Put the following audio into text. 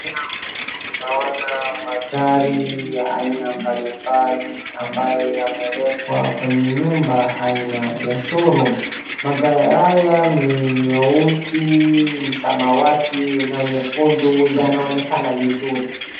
Mbele yangu ninaona magari ya aina mbalimbali ambayo yamewekwa kwenye nyumba aina ya showroom, magari haya ni nyeusi, samawati na nyekundu yanaonekana vizuri.